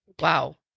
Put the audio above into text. Wow